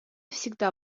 всегда